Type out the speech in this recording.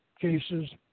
cases